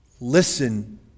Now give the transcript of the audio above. Listen